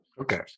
Okay